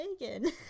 Megan